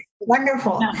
Wonderful